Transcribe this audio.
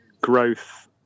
Growth